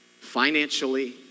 financially